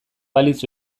balitz